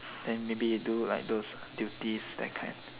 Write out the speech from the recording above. then maybe do like those duties that kind